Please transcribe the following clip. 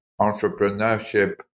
entrepreneurship